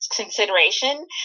consideration